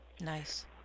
Nice